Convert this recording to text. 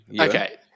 Okay